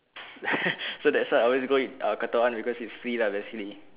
so that's why I always go with uh Cotton On because it's free lah basically